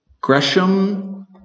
Gresham